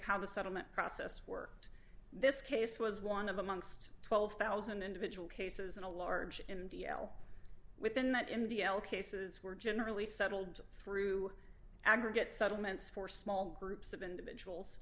of how the settlement process worked this case was one of amongst twelve thousand individual cases and a large in d l within that in d l cases were generally settled through aggregate settlements for small groups of individuals